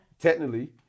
technically